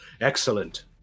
Excellent